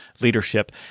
leadership